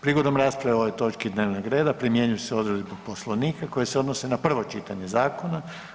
Prigodom rasprave o ovoj točki dnevnog reda primjenjuju se odredbe Poslovnika koje se odnose na prvo čitanje zakona.